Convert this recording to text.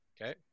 Okay